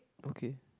okay